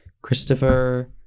Christopher